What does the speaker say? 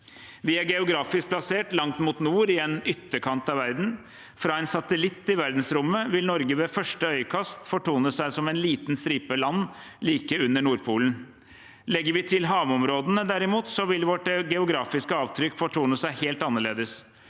Vi er geografisk plassert langt mot nord i en ytterkant av verden. Fra en satellitt i verdensrommet vil Nor ge ved første øyekast fortone seg som en liten stripe land like under Nordpolen. Legger vi derimot til havområdene, vil vårt geografiske avtrykk fortone seg helt annerledes.